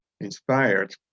inspired